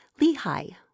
Lehi